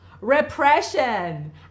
Repression